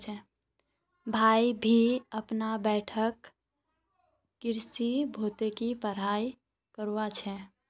मुई भी अपना बैठक कृषि भौतिकी पढ़ाई करवा चा छी